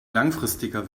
langfristiger